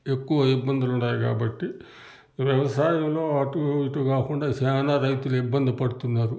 ఎక్కువ ఇబ్బందులుండాయి కాబట్టి వ్యవసాయంలో అటు ఇటూ కాకుండా చాలా రైతులు ఇబ్బంది పడుతున్నారు